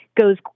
goes